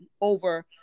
over